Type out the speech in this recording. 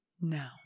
now